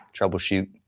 troubleshoot